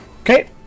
Okay